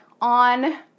on